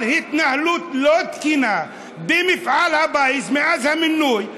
על התנהלות לא תקינה במפעל הפיס מאז המינוי,